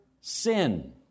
sin